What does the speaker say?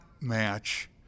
match